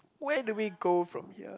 where do we go from here